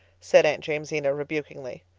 said aunt jamesina rebukingly.